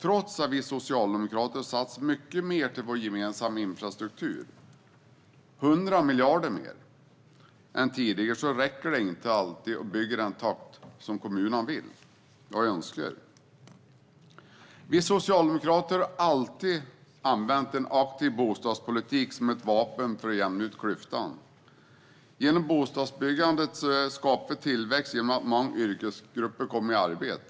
Trots att vi socialdemokrater satsar mycket på vår gemensamma infrastruktur, 100 miljarder mer än tidigare, räcker det inte alltid för att bygga i den takt som kommunerna vill och önskar. Vi socialdemokrater har alltid använt en aktiv bostadspolitik som ett vapen för att jämna ut klyftorna. Bostadsbyggande skapar tillväxt genom att olika yrkesgrupper kommer i arbete.